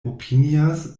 opinias